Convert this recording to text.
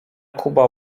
kuba